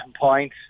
Point